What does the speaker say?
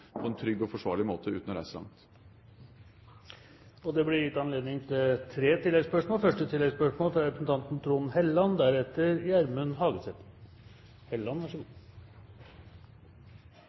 på en trygg og forsvarlig måte uten å reise langt. Det blir gitt anledning til tre oppfølgingsspørsmål – først Trond Helleland.